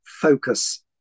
focus